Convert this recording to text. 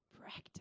Practice